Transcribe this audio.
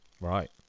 Right